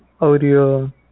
Audio